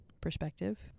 perspective